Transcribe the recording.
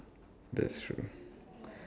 that's true